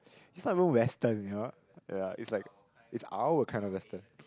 is not even western you know ya is like is our kind of western